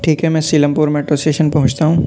ٹھیک ہے میں سیلم پور میٹرو اسٹیشن پہنچتا ہوں